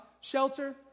shelter